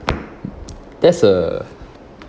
that's a